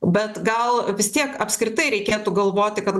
bet gal vis tiek apskritai reikėtų galvoti kad